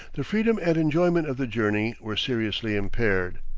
the freedom and enjoyment of the journey were seriously impaired.